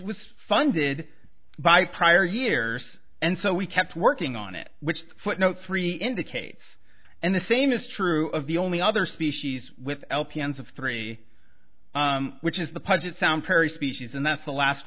was funded by prior years and so we kept working on it which footnote three indicates and the same is true of the only other species with l p n s of three which is the punch it sounds very species and that's the last